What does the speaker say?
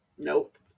nope